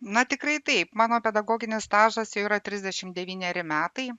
na tikrai taip mano pedagoginis stažas jau yra trisdešimt devyneri metai